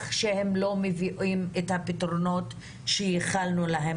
שהם לא מביאים את הפתרונות שייחלנו להם